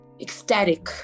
ecstatic